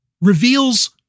reveals